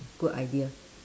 good idea